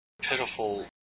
pitiful